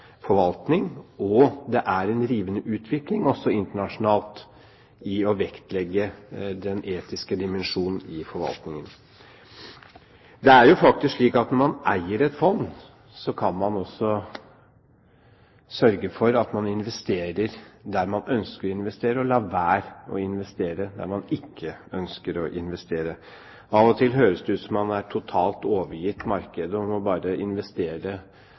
forvaltning. Det er en rivende utvikling også internasjonalt når det gjelder å vektlegge den etiske dimensjon i forvaltningen. Det er jo faktisk slik at når man eier et fond, kan man også sørge for at man investerer der man ønsker å investere, og lar være å investere der man ikke ønsker å investere. Av og til høres det ut som om man er totalt overgitt markedet og bare må investere